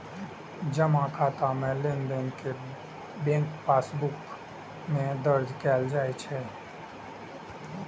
जमा खाता मे लेनदेन कें बैंक पासबुक मे दर्ज कैल जाइ छै